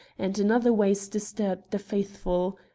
and in other ways disturbed the faithful.